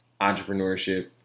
entrepreneurship